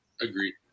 Agreed